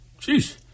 Jeez